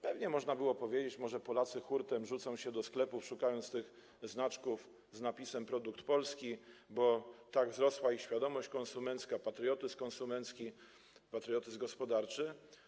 Pewnie można było powiedzieć, że może Polacy hurtem rzucą się do sklepów, szukając znaczków z napisem „Produkt polski”, bo tak wzrosła ich świadomość konsumencka, patriotyzm konsumencki, patriotyzm gospodarczy.